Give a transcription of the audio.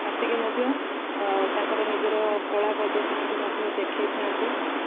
ଆସିକି ମଧ୍ୟ ତାଙ୍କର ନିଜର କଳା ପ୍ରଦର୍ଶନୀକୁ ମଧ୍ୟ ଦେଖେଇ ଥାଆନ୍ତି